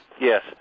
Yes